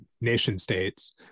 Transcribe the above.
nation-states